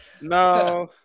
No